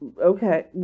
okay